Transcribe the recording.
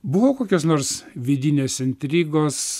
buvo kokios nors vidinės intrigos